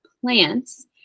plants